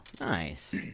Nice